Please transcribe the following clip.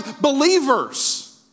believers